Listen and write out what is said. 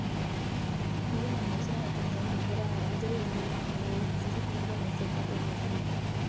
ಇದು ನಮ್ಮ ಮೈಸೂರಿನ ಇತಿಹಾಸದಲ್ಲಿ ರಾಜರ ರಾಜರು ಈ ಈ ಸಿಹಿ ತಿಂಡಿಗೆ ಮೈಸೂರು ಪಾಕ್ ಎಂದು ಹೆಸರಿಟ್ಟಾಗಿನಿಂದ